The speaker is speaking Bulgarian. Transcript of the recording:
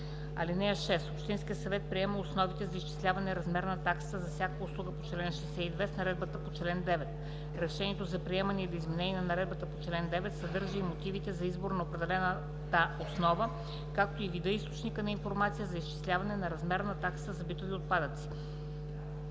„(6) Общинският съвет приема основите за изчисляване размера на таксата за всяка от услугите по чл. 62 с наредбата по чл. 9. Решението за приемане или изменение на наредбата по чл. 9 съдържа и мотивите за избор на определената основа, както и вида и източника на информация за изчисляване размера на таксата за битови отпадъци.“